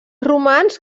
romans